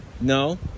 No